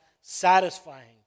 satisfying